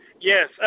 Yes